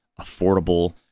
affordable